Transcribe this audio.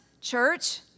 church